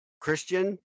Christian